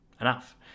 enough